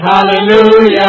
Hallelujah